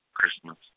Christmas